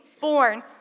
born